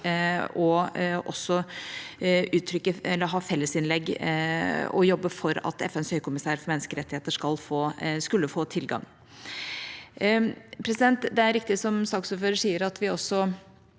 om å ha fellesinnlegg og jobbe for at FNs høykommissær for menneskerettigheter skal få tilgang. Det er riktig som saksordføreren sier, at vi også tok